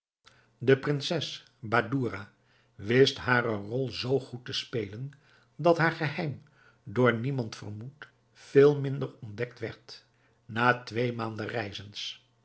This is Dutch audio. de prinses badoura wist haren rol zoo goed te spelen dat haar geheim door niemand vermoed veel minder ontdekt werd na twee maanden reizens